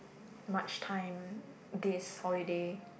much time this holiday